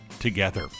together